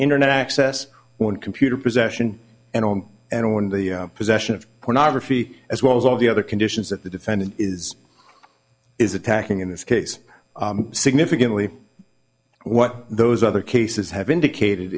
internet access one computer possession and all and one in the possession of pornography as well as all the other conditions that the defendant is is attacking in this case significantly what those other cases have indicated